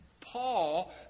Paul